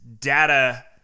data